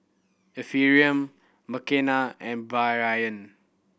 Ephraim Makena and Bryon